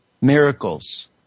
miracles